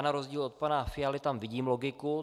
Na rozdíl od pana Fialy tam vidím logiku.